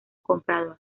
comprador